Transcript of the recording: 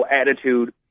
attitude